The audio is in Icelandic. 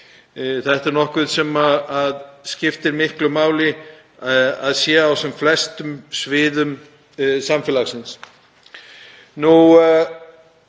það er nokkuð sem skiptir miklu máli að sé á sem flestum sviðum samfélagsins.